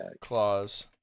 Claws